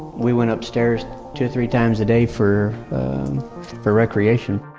we went upstairs two, three times a day for for recreation